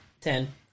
Ten